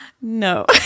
No